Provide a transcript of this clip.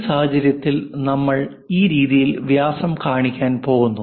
ഈ സാഹചര്യത്തിൽ നമ്മൾ ഈ രീതിയിൽ വ്യാസം കാണിക്കാൻ പോകുന്നു